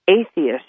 atheist